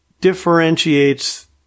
differentiates